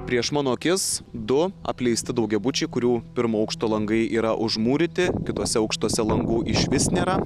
prieš mano akis du apleisti daugiabučiai kurių pirmo aukšto langai yra užmūryti kituose aukštuose langų išvis nėra